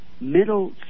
Middle